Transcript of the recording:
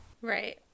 Right